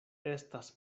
estas